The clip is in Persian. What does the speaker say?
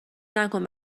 نکن